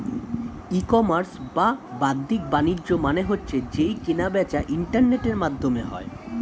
ই commerce বা বাদ্দিক বাণিজ্য মানে হচ্ছে যেই কেনা বেচা ইন্টারনেটের মাধ্যমে হয়